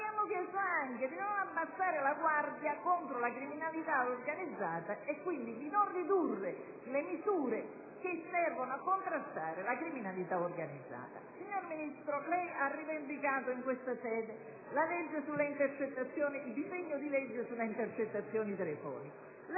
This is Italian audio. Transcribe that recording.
ma anche di non abbassare la guardia contro la criminalità organizzata e quindi di non ridurre le misure che servono a contrastarla. Signor Ministro, lei ha rivendicato in questa sede il disegno di legge sulle intercettazioni telefoniche: